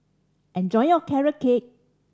enjoy your Carrot Cake